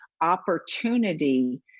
opportunity